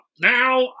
now